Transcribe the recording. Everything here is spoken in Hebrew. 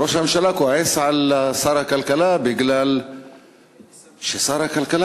וראש הממשלה כועס על שר הכלכלה כי שר הכלכלה